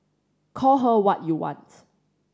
call her what you wants